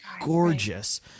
gorgeous